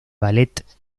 ballet